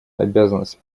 обязанность